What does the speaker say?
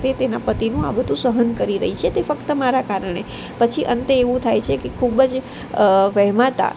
તે તેના પતિનું આ બધું સહન કરી રહી છે તે ફક્ત મારા કારણે પછી અંતે એવું થાય છે કે ખૂબ જ વહેમાતા